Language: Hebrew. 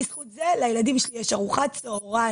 בזכות זה לילדים שלי יש ארוחת צוהריים,